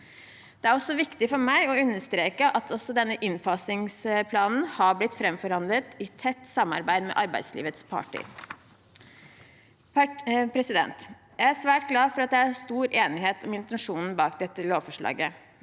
Det er viktig for meg å understreke at også denne innfasingsplanen har blitt framforhandlet i tett samarbeid med arbeidslivets parter. Jeg er svært glad for at det er stor enighet om intensjonen bak dette lovforslaget.